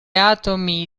atomi